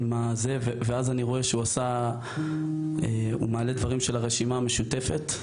ואני רואה שהוא מעלה דברים של הרשימה המשותפת,